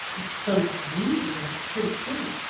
i s'pose you will, pretty soon.